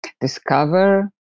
discover